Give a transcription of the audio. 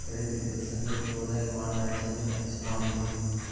अहिड़ी रीते संगीत जो अलाई मान आहे सिंधी पंहिंजे समाज में